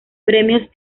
premios